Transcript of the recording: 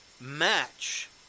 match